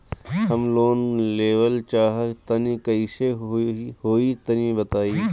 हम लोन लेवल चाह तनि कइसे होई तानि बताईं?